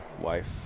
wife